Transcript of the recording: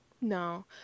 No